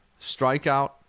Strikeout